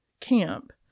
camp